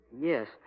Yes